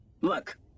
look